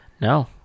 No